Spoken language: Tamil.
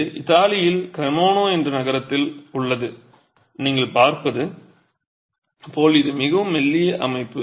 இது இத்தாலியில் கிரெமோனா என்ற நகரத்தில் உள்ளது நீங்கள் பார்ப்பது போல் இது மிகவும் மெல்லிய அமைப்பு